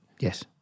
Yes